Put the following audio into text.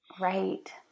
Right